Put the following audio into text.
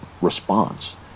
response